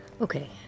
Okay